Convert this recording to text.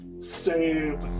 save